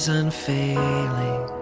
unfailing